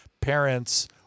parents